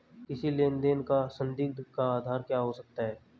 किसी लेन देन का संदिग्ध का आधार क्या हो सकता है?